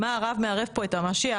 מה הרב מערב פה את המשיח.